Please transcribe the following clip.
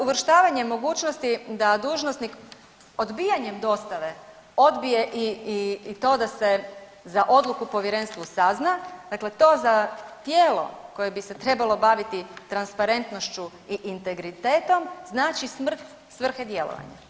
Uvrštavanje mogućnosti da dužnosnik odbijanjem dostave odbije i to da se za odluku povjerenstva sazna, dakle to za tijelo koje bi se trebalo baviti transparentnošću i integritetom znači smrt svrhe djelovanja.